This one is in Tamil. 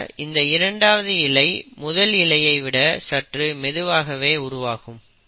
ஆக இந்த இரண்டாவது இழை முதல் இழையை விட சற்று மெதுவாகவே உருவாகும்